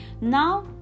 Now